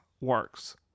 works